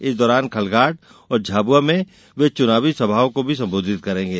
इस दौरान खलघाट और झाबुआ में वे चुनावी सभाओं को भी संबोधित करेंगे